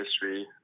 history